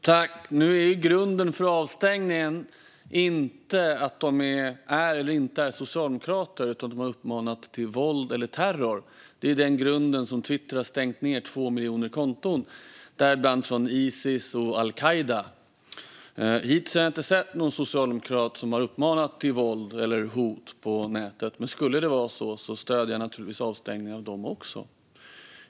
Fru talman! Nu är inte grunden för avstängningen att de är eller inte är socialdemokrater, utan det är att de har uppmanat till våld eller terror. Det är grunden för att Twitter har stängt ned 2 miljoner konton, däribland från Isis och al-Qaida. Hittills har jag inte sett någon socialdemokrat som har uppmanat till våld eller hot på nätet, men skulle det vara så stöder jag naturligtvis också avstängning av dem.